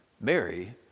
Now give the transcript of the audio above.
Mary